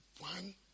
One